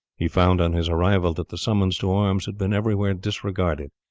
he found on his arrival that the summons to arms had been everywhere disregarded.